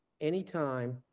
anytime